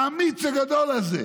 האמיץ הגדול הזה,